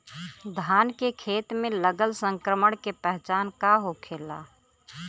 धान के खेत मे लगल संक्रमण के पहचान का होखेला?